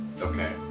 Okay